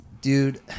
Dude